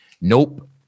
Nope